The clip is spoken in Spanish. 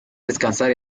descansar